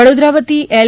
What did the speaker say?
વડોદરા વતી એલ